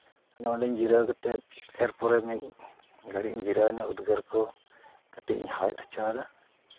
ᱟᱫᱚ ᱚᱸᱰᱮᱧ ᱡᱤᱨᱟᱹᱣ ᱠᱟᱛᱮᱫ ᱮᱨᱼᱯᱚᱨᱮ ᱢᱤᱫ ᱜᱷᱟᱹᱲᱤᱡ ᱤᱧ ᱡᱤᱨᱟᱹᱣ ᱮᱱᱟ ᱩᱫᱽᱜᱟᱹᱨ ᱠᱚ ᱠᱟᱹᱴᱤᱡ ᱤᱧ ᱦᱟᱣᱮᱫ ᱦᱚᱪᱚ ᱟᱫᱟ